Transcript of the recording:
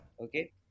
okay